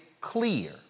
clear